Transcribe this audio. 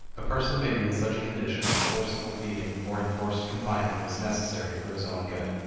a person may be in such a condition that forcible feeding or enforced confinement is necessary for his own good.